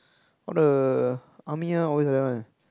all the army one always like that one